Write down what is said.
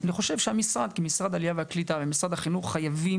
אני חושב שמשרד העלייה והקליטה ומשרד החינוך חייבים